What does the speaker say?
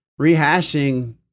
rehashing